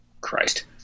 Christ